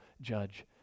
judge